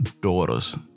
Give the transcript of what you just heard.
daughter's